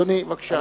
אדוני, בבקשה.